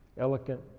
eloquent